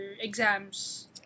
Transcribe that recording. exams